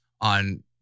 on